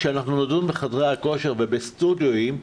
כשנדון בחדרי הכושר ובסטודיואים,